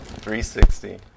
360